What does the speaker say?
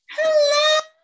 Hello